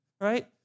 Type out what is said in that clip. right